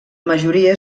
majoria